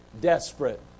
desperate